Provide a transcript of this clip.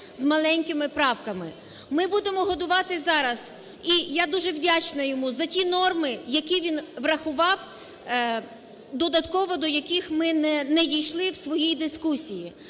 з маленькими правками. Ми будемо готувати зараз і я дуже вдячна йому за ті норми, які він врахував, додатково до яких ми не дійшли в своїй дискусії.